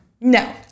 No